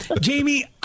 Jamie